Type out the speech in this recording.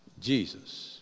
Jesus